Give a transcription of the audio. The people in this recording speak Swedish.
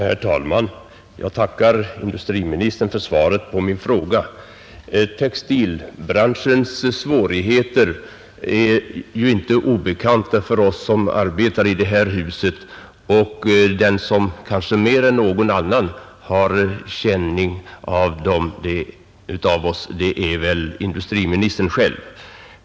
Herr talman! Jag tackar industriministern för svaret på min fråga. Textilbranschens svårigheter är ju inte obekanta för oss som arbetar i det här huset, och den av oss som kanske mer än någon annan har känning av den är väl industriministern själv.